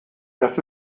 das